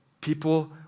People